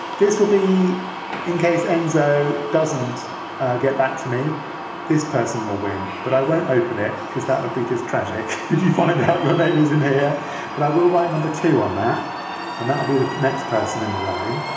this will be in case enzo doesn't get back to me this person will win. but i won't open it because that would be just tragic if you find out your name is in here but i will write number two on that and that will be the next person line